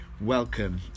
Welcome